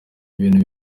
ibintu